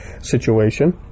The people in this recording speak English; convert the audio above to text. situation